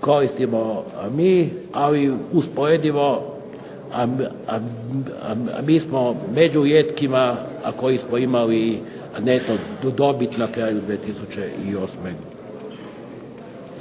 koristimo mi, ali usporedivo mi smo među rijetkima a koji smo imali nešto dobiti na kraju